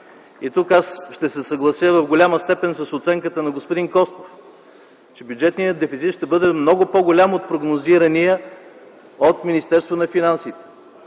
И тук аз ще се съглася в голяма степен с оценката на господин Костов, че бюджетният дефицит ще бъде много по-голям от прогнозирания от Министерството на финансите